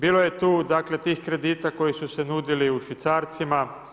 Bilo je tu dakle tih kredita koji su se nudili u švicarcima.